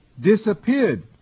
disappeared